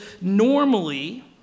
normally